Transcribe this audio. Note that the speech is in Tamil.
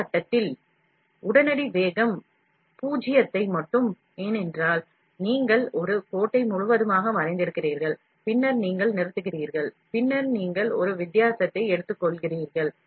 ஒரு கட்டத்தில் உடனடி வேகம் பூஜ்ஜியத்தை எட்டும் ஏனென்றால் நீங்கள் ஒரு கோட்டை முழுவதுமாக வரைந்திருக்கிறீர்கள் பின்னர் நீங்கள் நிறுத்துகிறீர்கள் பின்னர் நீங்கள் ஒரு வித்தியாசத்தை எடுத்துக்கொள்கிறீர்கள்